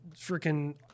freaking